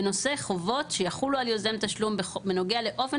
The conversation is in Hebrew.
בנושא חובות שיחולו על יוזם תשלום בנוגע לאופן